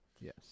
Yes